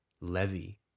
levy